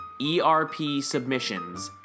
erpsubmissions